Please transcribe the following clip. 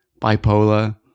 bipolar